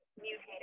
mutated